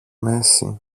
μέση